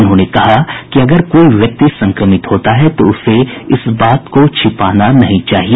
उन्होंने कहा कि अगर कोई व्यक्ति संक्रमित होता है तो उसे इस बात को छिपाना नहीं चाहिए